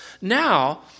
now